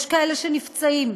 יש כאלה שנפצעים,